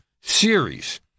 series